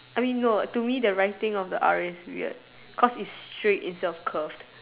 I mean now to me the writing of R is weird cause it's straight instead of curve